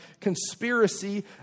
conspiracy